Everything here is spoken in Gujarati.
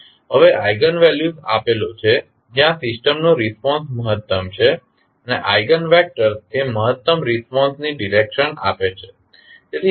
હવે આઇગન વેલ્યુસ આપેલો છે જ્યાં સિસ્ટમનો રિસ્પોન્સ મહત્તમ છે અને આઇગન વેક્ટર્સ તે મહત્તમ રિસ્પોન્સની ડીરેક્શન આપે છે